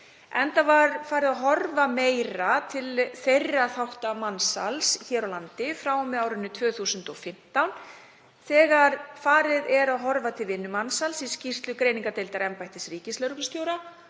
enda var farið að horfa meira til þeirra þátta mansals hér á landi frá og með árinu 2015 þegar farið var að horfa til vinnumansals í skýrslu greiningardeildar embættis ríkislögreglustjóra